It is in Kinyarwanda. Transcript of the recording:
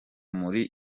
muri